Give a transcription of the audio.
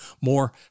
more